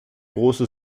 große